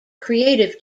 creative